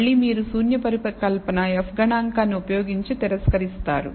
మళ్ళీ మీరు శూన్య పరికల్పన f గణాంకాన్ని ఉపయోగించి తిరస్కరిస్తారు